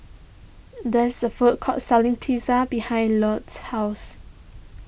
there's a food court selling Pizza behind Lott's house